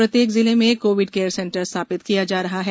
प्रत्येक जिले में कोविड केयर सेंटर स्थापित किया जा रहा है